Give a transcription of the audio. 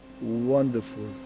wonderful